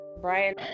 Brian